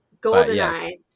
goldeneye